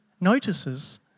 notices